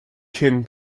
kin